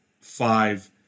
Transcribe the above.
five